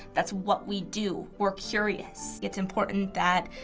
that's what we do. we're curious. it's important that